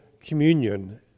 communion